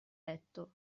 letto